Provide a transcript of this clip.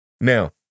Now